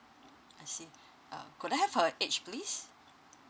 I see uh could I have her age please